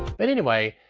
but anyway,